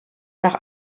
nach